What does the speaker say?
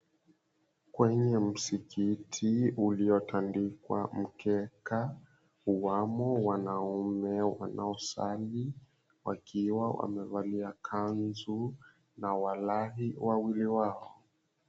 Kwenye msikiti uliotandikwa mkeka, wamo wanaume wanaosali wakiwa wamevalia kanzu na walahi wawili wao.